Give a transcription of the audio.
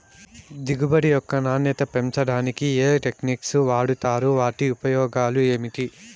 దిగుబడి యొక్క నాణ్యత పెంచడానికి ఏ టెక్నిక్స్ వాడుతారు వాటి ఉపయోగాలు ఏమిటి?